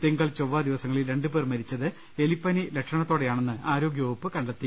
തിങ്കൾ ചൊവ്വ ദിവസങ്ങളിൽ രണ്ടു പേർ മരിച്ചത് എലി പ്പനിലക്ഷണത്തോടെയാണെന്ന് ആരോഗ്യവകുപ്പ് കണ്ടെത്തി